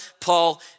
Paul